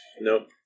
Nope